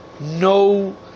no